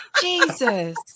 Jesus